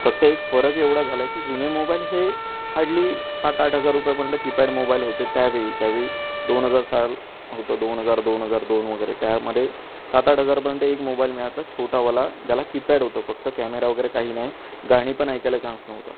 फक्त एक फरक एवढा झाला आहे की जुने मोबाईल हे हार्डली सातआठ हजार रुपयांपर्यंत कीपॅड मोबाईल होते त्या वेळी त्या वेळी दोन हजार साल होतं दोन हजार दोन हजार दोन वगैरे त्यामध्ये सातआठ हजारपर्यंत एक मोबाईल मिळायचा छोटावाला ज्याला कीपॅड होतं फक्त कॅमेरा वगैरे काही नाही गाणी पण ऐकायला चान्स नव्हता